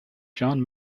john